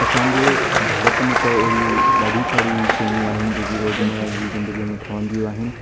असांजे भारत में त अहिड़ियूं ॾाढी सारियूं शयूं आहियूं आहिनि जेकी रोज़मरह जी ज़िंदगीअ में ठहंदियूं आहिनि